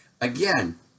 Again